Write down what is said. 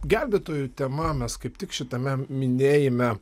gelbėtojų tema mes kaip tik šitame minėjime